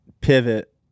pivot